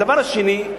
הדבר השני.